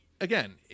again